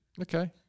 Okay